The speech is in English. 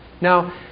Now